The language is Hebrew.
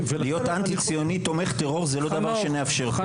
להיות אנטי ציונית תומך טרור זה לא דבר שנאפשר פה.